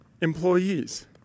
employees